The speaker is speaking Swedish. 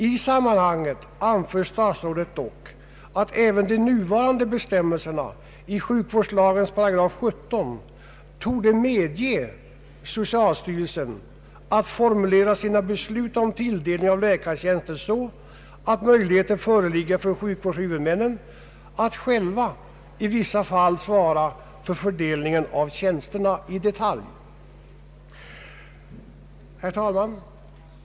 I sammanhanget anför statsrådet dock, att även de nuvarande bestämmelserna i sjukvårdslagen § 17 torde medge socialstyrelsen att formulera sina beslut om tilldelning av läkartjänster så att möjligheter föreligger för sjukvårdshuvudmännen att själva i vissa fall svara för fördelningen av tjänsterna i detalj. Herr talman!